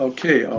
Okay